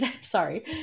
sorry